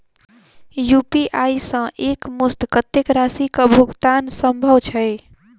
UPI सऽ एक मुस्त कत्तेक राशि कऽ भुगतान सम्भव छई?